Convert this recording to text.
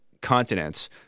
continents